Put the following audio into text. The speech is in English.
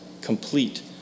complete